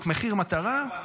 מחיר מטרה.